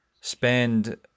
spend